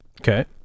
Okay